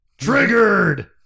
Triggered